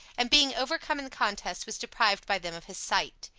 and being overcome in the contest, was deprived by them of his sight.